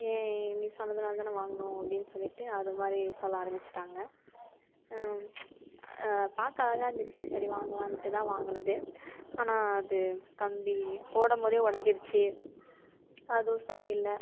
ஏய் நீ சொன்னதினால தானே வாங்கினோம் அப்டின்னு சொல்லிவிட்டு அது மாதிரி சொல்ல ஆரமிச்சுட்டாங்க பார்க்க அழகாக இருந்துச்சு சரி வாங்கலான்ட்டு தான் வாங்கினது ஆனால் அது கம்பி போடும் போதே உடஞ்சிடுச்சி அதுவும் சரியில்லை